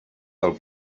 del